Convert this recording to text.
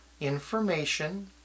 information